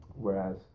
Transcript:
whereas